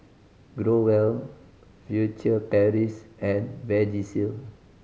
Growell Furtere Paris and Vagisil